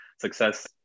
success